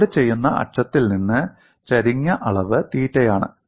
ലോഡുചെയ്യുന്ന അക്ഷത്തിൽ നിന്ന് ചരിഞ്ഞ അളവ് തീറ്റയാണ്